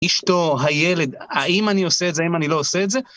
אשתו, הילד, האם אני עושה את זה, האם אני לא עושה את זה?